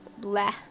bleh